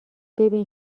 ببین